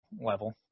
level